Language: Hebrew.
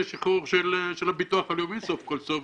השחרור של הביטוח הלאומי סוף כל סוף,